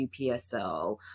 UPSL